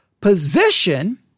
position